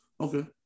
Okay